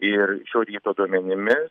ir šio ryto duomenimis